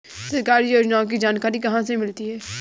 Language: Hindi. सरकारी योजनाओं की जानकारी कहाँ से मिलती है?